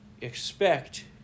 expect